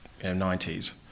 90s